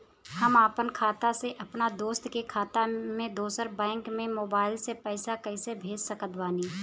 हम आपन खाता से अपना दोस्त के खाता मे दोसर बैंक मे मोबाइल से पैसा कैसे भेज सकत बानी?